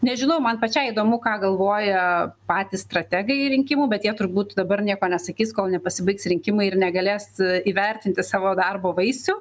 nežinau man pačiai įdomu ką galvoja patys strategai rinkimų bet jie turbūt dabar nieko nesakys kol nepasibaigs rinkimai ir negalės įvertinti savo darbo vaisių